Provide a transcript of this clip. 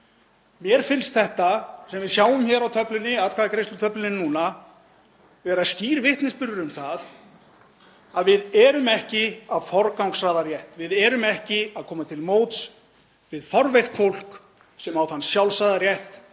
Mér finnst þetta sem við sjáum hér á atkvæðagreiðslutöflunni núna vera skýr vitnisburður um það að við erum ekki að forgangsraða rétt. Við erum ekki að koma til móts við fárveikt fólk sem á þann sjálfsagða rétt